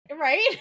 Right